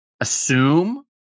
assume